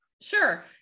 Sure